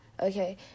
okay